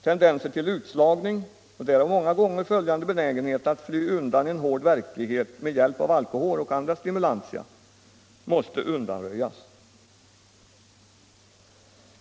Tendenser till utslagning, och därav många gånger följande benägenhet att fly undan en hård verklighet med hjälp av alkohol och andra stimulantia, måste undanröjas.